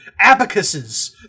abacuses